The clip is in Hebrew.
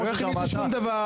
לא הכניסו שום דבר.